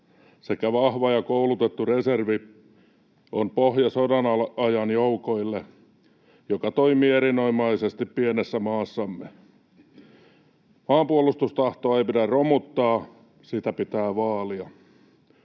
sekä vahva ja koulutettu reservi on pohja sodanajan joukoille, ja tämä toimii erinomaisesti pienessä maassamme. Maanpuolustustahtoa ei pidä romuttaa, sitä pitää vaalia.